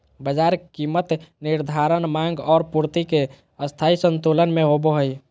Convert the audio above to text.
बाजार कीमत निर्धारण माँग और पूर्ति के स्थायी संतुलन से होबो हइ